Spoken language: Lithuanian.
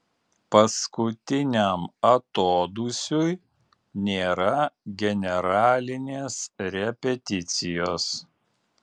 paskutiniam atodūsiui nėra generalinės repeticijos